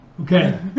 Okay